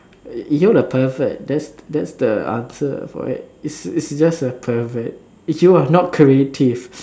uh you are a pervert that's the that's the answer for it's it's just a pervert if you are not creative